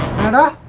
and